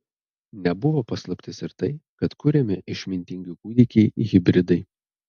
nebuvo paslaptis ir tai kad kuriami išmintingi kūdikiai hibridai